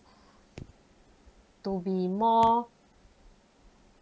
to be more